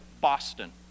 Boston